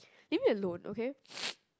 leave me alone okay